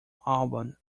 album